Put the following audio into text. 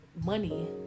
money